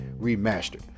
remastered